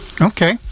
okay